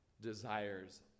desires